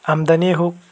আমদানিয়েই হওক